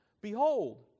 behold